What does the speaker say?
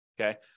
Okay